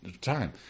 time